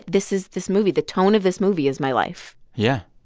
this is this movie, the tone of this movie, is my life yeah.